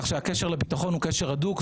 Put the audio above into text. כך שהקשר לביטחון הוא קשר הדוק.